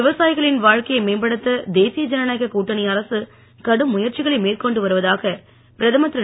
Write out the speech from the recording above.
விவசாயிகளின் வாழ்க்கையை மேம்படுத்த தேசிய ஜனநாயக கூட்டணி அரசு கடும் முயற்சிகளை மேற்கொண்டு வருவதாக பிரதமர் திரு